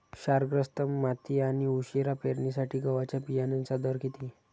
क्षारग्रस्त माती आणि उशिरा पेरणीसाठी गव्हाच्या बियाण्यांचा दर किती?